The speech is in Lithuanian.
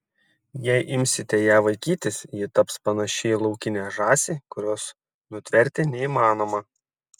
ir jei imsite ją vaikytis ji taps panaši į laukinę žąsį kurios nutverti neįmanoma